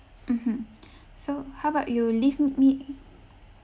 mmhmm so how about you leave me